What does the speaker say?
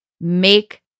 make